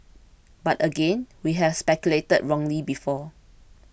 but again we have speculated wrongly before